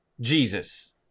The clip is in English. Jesus